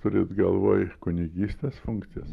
turit galvoj kunigystės funkcijas